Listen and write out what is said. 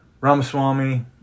Ramaswamy